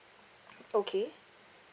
okay